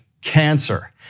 cancer